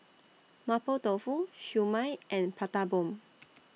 Mapo Tofu Siew Mai and Prata Bomb